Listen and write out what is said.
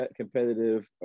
competitive